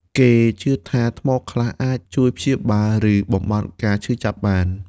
គេជឿថាថ្មខ្លះអាចជួយព្យាបាលជំងឺ ឬបំបាត់ការឈឺចាប់បាន។